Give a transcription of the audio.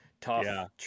tough